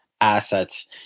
assets